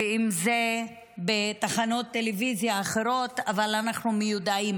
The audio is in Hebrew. ואם זה בתחנות טלוויזיה האחרות, אבל אנחנו מיודעים